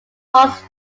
hawks